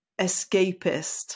escapist